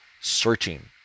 searching